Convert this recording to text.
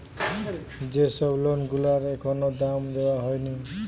যে সব লোন গুলার এখনো দাম দেওয়া হয়নি